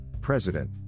President